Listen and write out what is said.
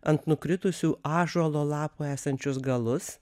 ant nukritusių ąžuolo lapų esančius galus